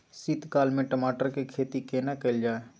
शीत काल में टमाटर के खेती केना कैल जाय?